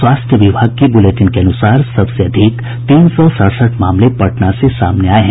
स्वास्थ्य विभाग की बुलेटिन के अनुसार सबसे अधिक तीन सौ सड़सठ मामले पटना से सामने आये हैं